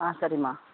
ஆ சரிம்மா